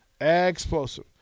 Explosive